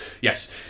yes